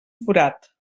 forat